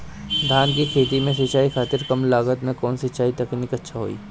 धान के खेती में सिंचाई खातिर कम लागत में कउन सिंचाई तकनीक अच्छा होई?